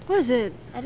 what is it